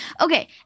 Okay